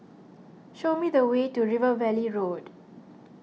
show me the way to River Valley Road